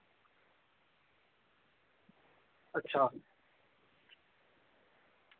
अच्छा